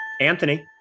Anthony